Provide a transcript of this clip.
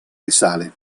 risale